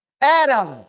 Adam